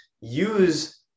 use